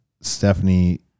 Stephanie